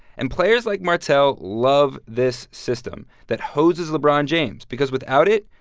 and players like martell love this system that hoses lebron james because without it,